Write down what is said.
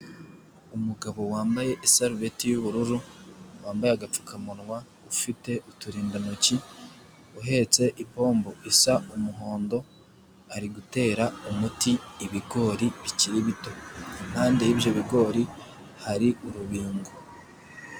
Umugabo wambaye isarubeti y'ubururu, wambaye agapfukamunwa, ufite uturindantoki, uhetse ipombo, isa umuhondo, ari gutera umuti ibigori bikiri bito, impande y'ibyo bigori hari urubingo.